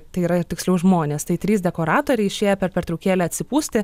tai yra tiksliau žmonės tai trys dekoratoriai išėję per pertraukėlę atsipūsti